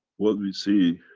what we see